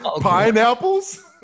Pineapples